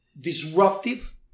disruptive